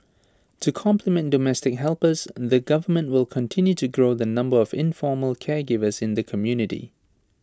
to complement domestic helpers the government will continue to grow the number of informal caregivers in the community